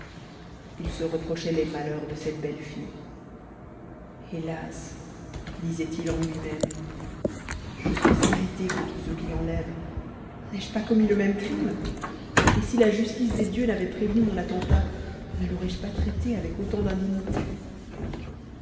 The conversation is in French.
il se reprochait les malheurs de cette belle fille hélas disait-il en lui-même je suis irrité contre ceux qui l'enlèvent n'ai-je pas commis le même crime et si la justice des dieux n'avait prévenu mon attentat ne l'aurais-je pas traitée avec autant d'indignité